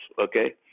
Okay